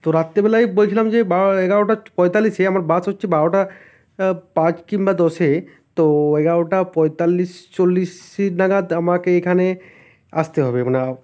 তো রাত্রিবেলায় বলছিলাম যে বারো এগারোটা পঁয়তাল্লিশে আমার বাস হচ্ছে বারোটা পাঁচ কিংবা দশে তো এগারোটা পঁয়তাল্লিশ চল্লিশ নাগাদ আমাকে এখানে আসতে হবে মানে